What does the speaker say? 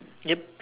yup